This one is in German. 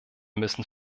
müssen